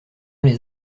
les